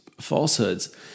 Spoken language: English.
falsehoods